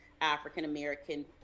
African-American